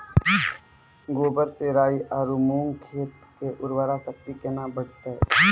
गोबर से राई आरु मूंग खेत के उर्वरा शक्ति केना बढते?